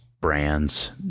brands